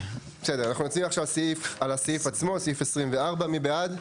אנחנו נצביע עכשיו על הסעיף עצמו; סעיף 24. מי בעד?